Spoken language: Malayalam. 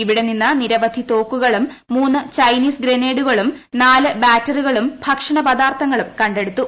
ഇവിടെ നിന്ന് നിരവധി തോക്കുകളും മൂന്ന് ചൈനീസ് ഗ്രനേഡുകളും നാല് ബാറ്ററികളും ഭക്ഷണ പദാർത്ഥങ്ങളും കണ്ടെടുത്തു